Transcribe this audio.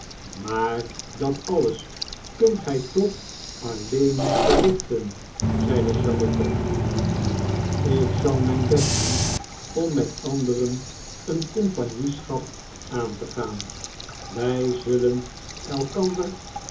maar dat alles kunt gij toch alleen niet verrichten zeide charlotte ik zal mijn best doen om met anderen eene compagnieschap aan te gaan wij zullen elkander